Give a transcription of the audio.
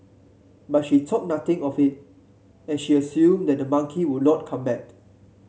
but she thought nothing of it as she assumed that the monkey would not come back